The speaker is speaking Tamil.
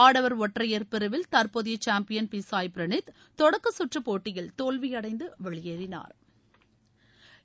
ஆடவர் ஒற்றையர் பிரிவில் தற்போதைய சாம்பியன் பி சாய் பிரனீத் தொடக்கச் கற்று போட்டியில் தோல்வியடைந்து வெளியேறினா்